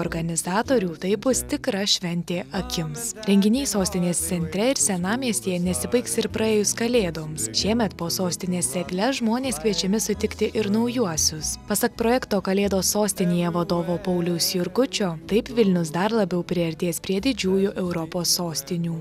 organizatorių taip bus tikra šventė akims renginiai sostinės centre ir senamiestyje nesibaigs ir praėjus kalėdoms šiemet po sostinės egle žmonės kviečiami sutikti ir naujuosius pasak projekto kalėdos sostinėje vadovo pauliaus jurgučio taip vilnius dar labiau priartės prie didžiųjų europos sostinių